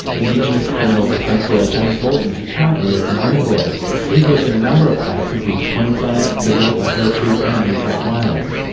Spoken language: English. indigenous criminal defence lawyer james morton, who currently works in nhulunbuy. he's worked in a number of places in queensland, the northern territory and new south wales.